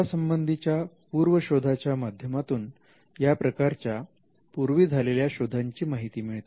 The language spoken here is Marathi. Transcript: शोधा संबंधीच्या पूर्वशोधा च्या माध्यमातून या प्रकारच्या पूर्वी झालेल्या शोधांची माहिती मिळते